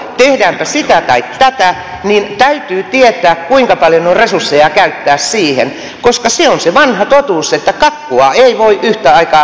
tehdäänpä sitä tai tätä niin täytyy tietää kuinka paljon on resursseja käyttää siihen koska se on se vanha totuus että kakkua ei voi yhtä aikaa säästää ja syödä